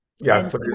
Yes